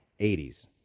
80s